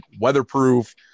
weatherproof